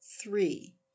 Three